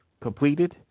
completed